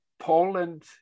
Poland